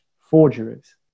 forgeries